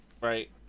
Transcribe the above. right